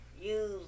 use